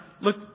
look